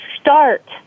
start